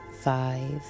five